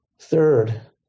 Third